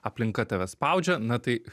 aplinka tave spaudžia na tai